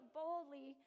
boldly